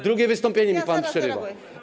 Drugie wystąpienie mi pan przerywa.